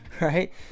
right